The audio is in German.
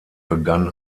begann